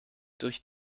durch